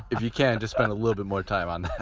if you can just spend a little bit more time on that.